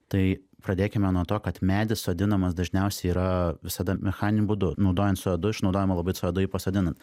tai pradėkime nuo to kad medis sodinamas dažniausiai yra visada mechaniniu būdu naudojant cė o du išnaudojama labai cė o du jį pasodinant